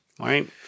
right